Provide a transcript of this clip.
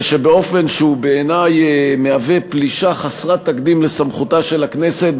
ואשר באופן שבעיני מהווה פלישה חסרת תקדים לסמכותה של הכנסת,